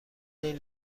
این